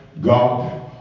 God